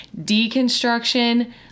Deconstruction